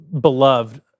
beloved